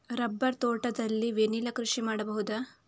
Rubber ತೋಟದಲ್ಲಿ vanilla ಕೃಷಿ ಮಾಡಬಹುದಾ?